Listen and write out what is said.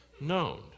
known